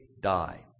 die